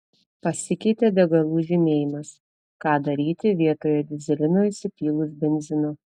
pasikeitė degalų žymėjimas ką daryti vietoj dyzelino įsipylus benzino